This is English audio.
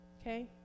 Okay